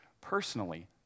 personally